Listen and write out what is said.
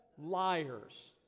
liars